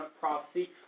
prophecy